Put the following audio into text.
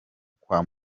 kwa